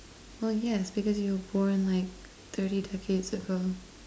well yes because you were born like thirty decades ago